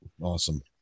awesome